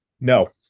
No